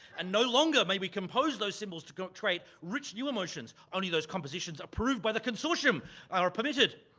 and no longer may we compose those symbols to portray rich new emotions. only those compositions approved by the consortium are permitted.